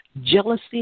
Jealousy